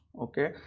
okay